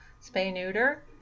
spay-neuter